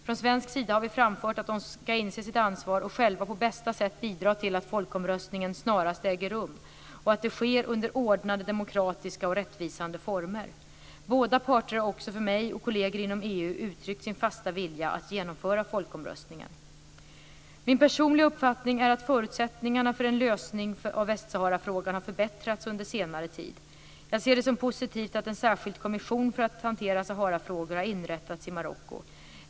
Från svensk sida har vi framfört att de ska inse sitt ansvar och själva på bästa sätt bidra till att folkomröstningen snarast äger rum och att det sker under ordnade demokratiska och rättvisande former. Båda parter har också för mig och kolleger inom EU uttryckt sin fasta vilja att genomföra folkomröstningen. Min personliga uppfattning är att förutsättningarna för en lösning av Västsaharafrågan har förbättrats under senare tid. Jag ser det som positivt att en särskild kommission för att hantera Saharafrågor har inrättats i Marocko.